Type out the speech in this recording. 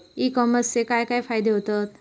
E कॉमर्सचे काय काय फायदे होतत?